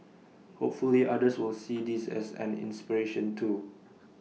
hopefully others will see this as an inspiration too